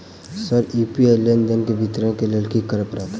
Sir UPI लेनदेन केँ विवरण केँ लेल की करऽ परतै?